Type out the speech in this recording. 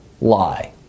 lie